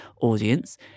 audience